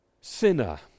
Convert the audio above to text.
sinner